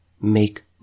make